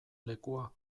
lekua